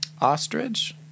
Ostrich